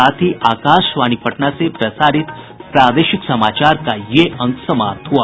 इसके साथ ही आकाशवाणी पटना से प्रसारित प्रादेशिक समाचार का ये अंक समाप्त हुआ